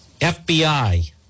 fbi